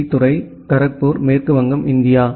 D துறை கரக்பூர் மேற்கு வங்கம் இந்தியா